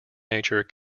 nature